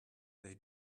they